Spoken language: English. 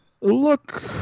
look